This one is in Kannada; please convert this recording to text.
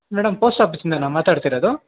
ಮೇಡಮ್ ಪೋಸ್ಟ್ ಆಫಿಸಿಂದನಾ ಮಾತಾಡ್ತಿರೋದು